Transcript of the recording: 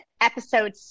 episode